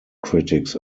critics